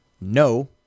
no